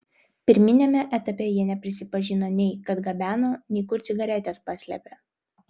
pirminiame etape jie neprisipažino nei kad gabeno nei kur cigaretes paslėpė